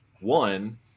one